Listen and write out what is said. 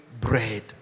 bread